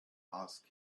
ask